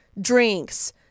drinks